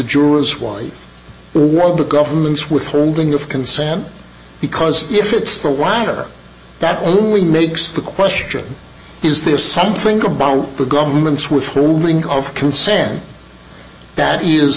jurors wally world the government's with rulings of consent because if it's the winer that only makes the question is there something about the government's withholding of consent that is